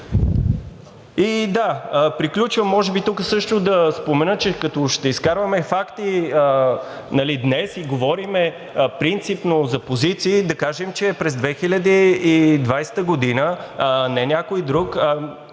Да, приключвам. Може би тук също да спомена – като ще изкарваме факти днес и говорим принципно за позиции, да кажем, че през 2020 г. не някой друг,